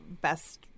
best